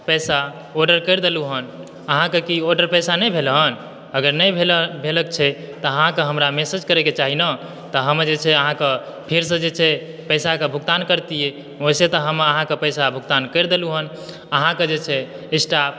पैसा ऑर्डर करि देलहुॅं हन अहाँके की ऑर्डर पैसा नहि भेल हन अगर नहि भेल तऽ अहाँके हमरा मैसेज करय के चाही ने तऽ हम जे छै अहाँक फेर सॅं जे छै पैसा के भुगतान करितिए वैसे तऽ हम अहाँके पैसा भुगतान करि देलहुॅं हन अहाँके जे छै से स्टाफ़